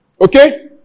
Okay